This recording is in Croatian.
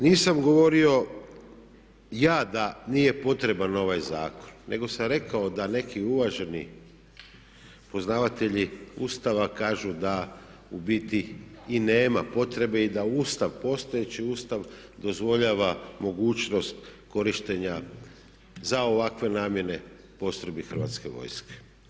Nisam govorio ja da nije potreban ovaj zakon nego sam rekao da neki uvaženi poznavatelji Ustava kažu da u biti i nema potrebe i da Ustav, postojeći Ustav dozvoljava mogućnost korištenja za ovakve namjene postrojbe Hrvatske vojske.